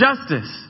justice